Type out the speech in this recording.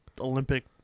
Olympic